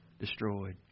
destroyed